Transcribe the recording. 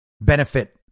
benefit